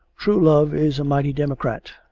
true love is a mighty democrat.